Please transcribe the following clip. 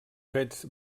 fets